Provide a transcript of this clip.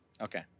Okay